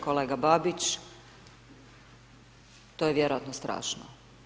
Kolega Babić, to je vjerojatno strašno.